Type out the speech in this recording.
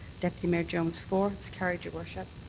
deputy mayor jones for. it's carried, your worship.